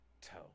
toe